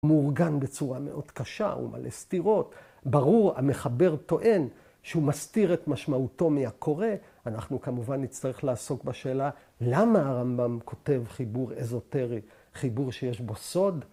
‫הוא מאורגן בצורה מאוד קשה, ‫הוא מלא סתירות. ‫ברור, המחבר טוען שהוא מסתיר ‫את משמעותו מהקורא. ‫אנחנו כמובן נצטרך לעסוק בשאלה ‫למה הרמב״ם כותב חיבור אזוטרי, ‫חיבור שיש בו סוד.